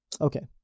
Okay